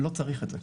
לא צריך את זה.